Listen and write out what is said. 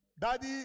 Daddy